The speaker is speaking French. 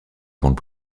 avant